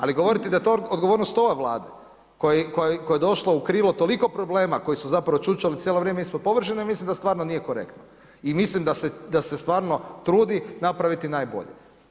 Ali govoriti da je to odgovornost ove Vlade koja je došla u krivo toliko problema koji su čučali cijelo vrijeme ispod površine mislim da stvarno nije korektno i mislim da se stvarno trudi napraviti najbolje.